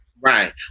Right